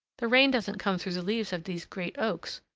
the rain doesn't come through the leaves of these great oaks,